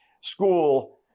school